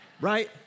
right